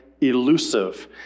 elusive